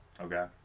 Okay